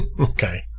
Okay